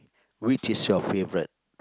which is your favourite